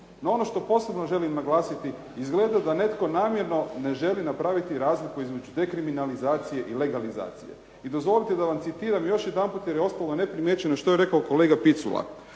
No ono što posebno želim naglasiti, izgleda da netko namjerno napraviti razliku između dekriminalizacije i legalizacije. I dozvolite da vam citiram još jedanput jer je ostalo neprimijećeno što je rekao kolega Picula.